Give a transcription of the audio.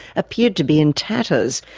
appeared to be in tatters,